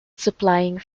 supplying